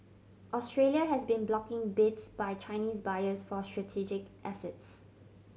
Australia has been blocking bids by Chinese buyers for strategic assets